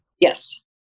Yes